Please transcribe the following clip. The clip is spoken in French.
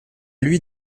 lui